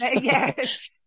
Yes